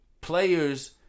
players